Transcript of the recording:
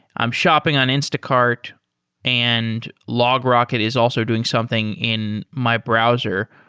i'm shopping on instacart and logrocket is also doing something in my browser.